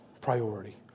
priority